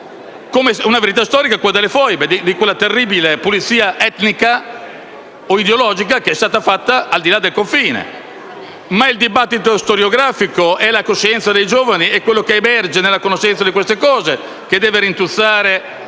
come è una verità storica quella delle foibe, quella terribile pulizia etnica o ideologica che è stata fatta al di là del confine. Ma sono il dibattito storiografico e la coscienza dei giovani ciò che emerge dalla conoscenza di questi fatti, che devono rintuzzare